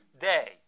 day